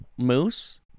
Moose